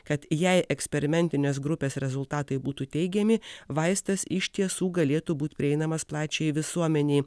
kad jei eksperimentinės grupės rezultatai būtų teigiami vaistas iš tiesų galėtų būt prieinamas plačiai visuomenei